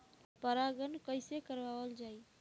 परागण कइसे करावल जाई?